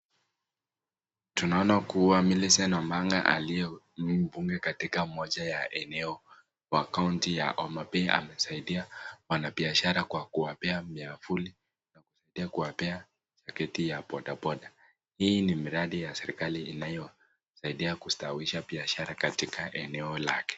Tunaona kuwa Millicent Omanga aliyehudumu mbunge katika moja ya eneo ya kaunti ya Homa Bay anasaidia wanabiashara kwa kuwapea miavuli ya kuwapea tikiti ya boda boda. Hii ni miradi ya serikali inayosaidia kustawisha biashara katika eneo lake.